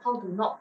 how to knock